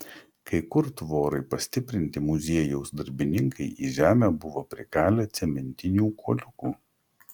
kai kur tvorai pastiprinti muziejaus darbininkai į žemę buvo prikalę cementinių kuoliukų